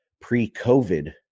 pre-covid